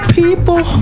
people